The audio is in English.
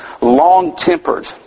long-tempered